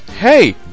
hey